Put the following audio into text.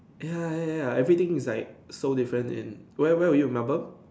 ya ya ya everything is like so different in where where were you Melbourne